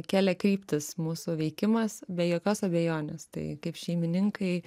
keliakryptis mūsų veikimas be jokios abejonės tai kaip šeimininkai